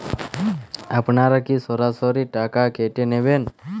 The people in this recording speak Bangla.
আপনারা কি সরাসরি টাকা কেটে নেবেন?